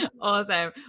Awesome